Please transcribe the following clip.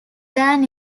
than